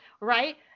right